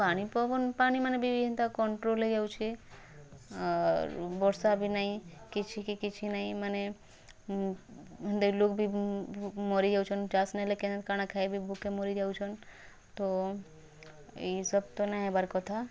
ପାଣି ପବନ ପାଣି ମାନେ ବିଭିନତା କନ୍ଟ୍ରୋଲ୍ ହୋଇଯାଉଛି ଆଉ ବର୍ଷା ବି ନାହିଁ କିଛି କି କିଛି ନାହିଁ ମାନେ ଲୋଗ୍ ବି ମରି ଯାଉଛନ୍ ଚାଷ ନହେଲେ କେ କାଣା ଖାଇବେ ଭୋକେ ମରି ଯାଉଛନ୍ ତୋ ଏଇସବୁ ତ ନାଇଁ ହେବାର୍ କଥା